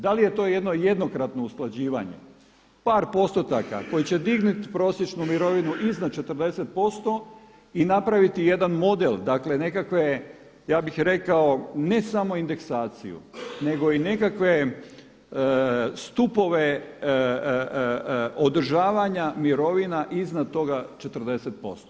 Da li je to jedno jednokratno usklađivanje, par postotaka koji će dignuti prosječnu mirovinu iznad 40% i napraviti jedan model, dakle nekakve ja bih rekao ne samo indeksaciju, nego i nekakve stupove održavanja mirovina iznad toga 40%